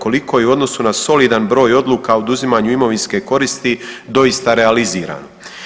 Koliko je u odnosu na solidan broj odluka oduzimanju imovinske koristi doista realiziran?